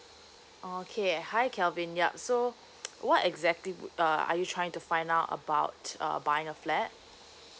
okay hi kelvin yup so what exactly would uh are you trying to find out about uh buying a flat